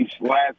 last